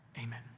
Amen